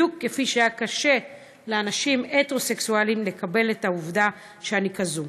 בדיוק כפי שהיה קשה לאנשים הטרוסקסואלים לקבל את העובדה שאני כזו.